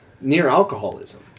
near-alcoholism